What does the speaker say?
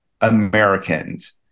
Americans